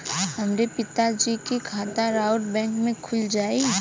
हमरे पिता जी के खाता राउर बैंक में खुल जाई?